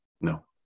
No